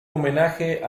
homenaje